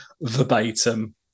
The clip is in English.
verbatim